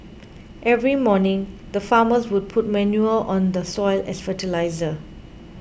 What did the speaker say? every morning the farmers would put manure on the soil as fertiliser